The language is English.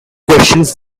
questions